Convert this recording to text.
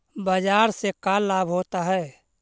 बाजार से का लाभ होता है?